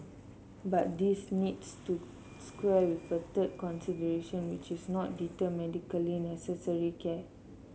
but this needs to square with a third consideration which is not deter medically necessary care